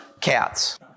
cats